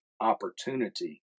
opportunity